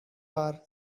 bar